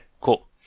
cool